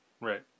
Right